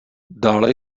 dále